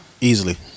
easily